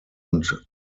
und